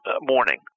morning